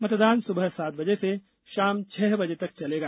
मतदान सुबह सात बजे से शाम छह बजे तक चलेगा